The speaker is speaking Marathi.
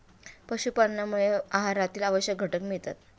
पशुपालनामुळे आहारातील आवश्यक घटक मिळतात